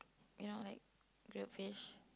you know like grilled fish